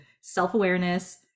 self-awareness